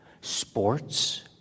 sports